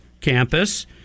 campus